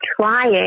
trying